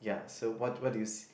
ya so what what do you see